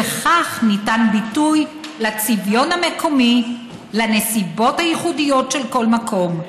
בכך ניתן ביטוי לצביון המקומי ולנסיבות הייחודיות של כל מקום.